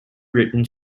written